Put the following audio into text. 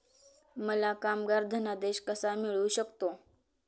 मला कामगार धनादेश कसा मिळू शकतो?